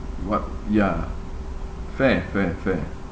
what ya fair fair fair